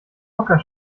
hocker